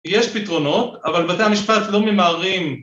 ‫יש פתרונות, אבל בתי המשפט לא ממהרים.